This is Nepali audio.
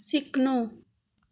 सिक्नु